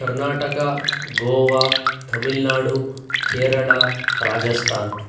Karnataka Goa Tamil Nadu Kerala Rajasthan